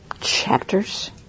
chapters